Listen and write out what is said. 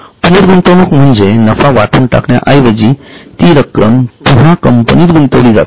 पुनर्गुंतवणूक म्हणजे नफा वाटून टाकन्या ऐवजी ती रक्कम पुन्हा कंपनीत गुंतवली जाते